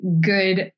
good